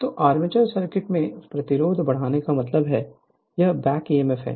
तो armature circuit में प्रतिरोध बढ़ने का मतलब है यह बैक ईएमएफ है